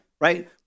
right